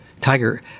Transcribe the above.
Tiger